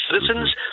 citizens